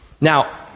now